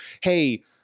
hey